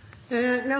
grunn